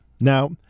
Now